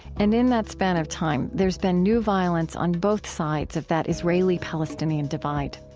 and in that span of time, there's been new violence on both sides of that israeli-palestinian divide.